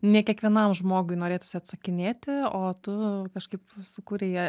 ne kiekvienam žmogui norėtųsi atsakinėti o tu kažkaip sukūrei